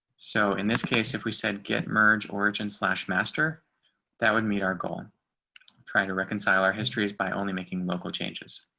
so in this case, if we said get merged origin slash master that would meet our goal and try to reconcile our histories by only making local changes.